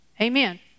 Amen